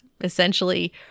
essentially